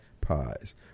Pies